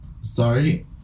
Sorry